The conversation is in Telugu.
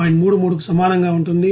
33 కి సమానంగా ఉంటుంది